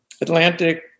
Atlantic